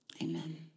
Amen